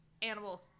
Animal